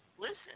listen